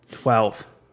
Twelve